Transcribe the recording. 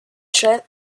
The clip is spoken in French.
très